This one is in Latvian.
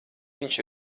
viņš